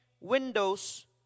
windows